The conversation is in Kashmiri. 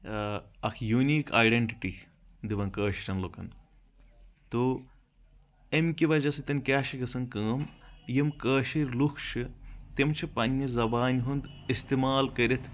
اکھ یوٗنیٖک آیڈینٹٹی دِوان کٲشرٮ۪ن لُکن تو امۍ کہِ وجہ سۭتۍ کیٛاہ چھ گژھان کٲم یِم کٲشر لُکھ چھِ تِم چھِ پننہِ زبان ہُنٛد استعمال کٔرتھ